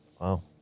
Wow